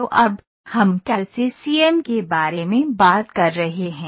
तो अब हम कैड़ से सीएएम के बारे में बात कर रहे हैं